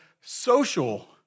social